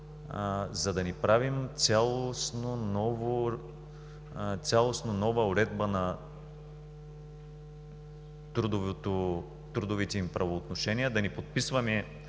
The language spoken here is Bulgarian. за да не правим цялостна нова уредба на трудовите им правоотношения, да не подписваме